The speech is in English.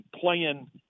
playing